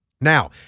Now